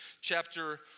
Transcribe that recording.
chapter